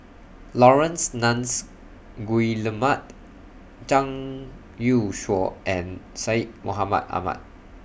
Laurence Nunns Guillemard Zhang Youshuo and Syed Mohamed Ahmed